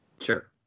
Sure